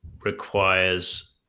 requires